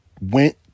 went